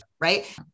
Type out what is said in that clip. right